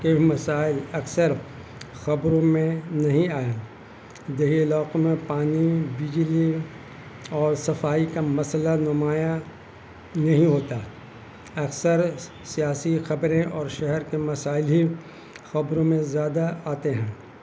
کے مسائل اکثر خبروں میں نہیں آیا دیہی علاقوں میں پانی بجلی اور صفائی کا مسئلہ نمایاں نہیں ہوتا اکثر سیاسی خبریں اور شہر کے مسائل ہی خبروں میں زیادہ آتے ہیں